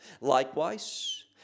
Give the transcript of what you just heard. likewise